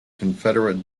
confederate